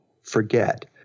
forget